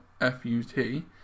f-u-t